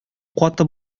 каты